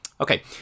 Okay